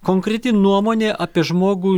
konkreti nuomonė apie žmogų